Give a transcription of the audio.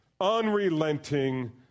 unrelenting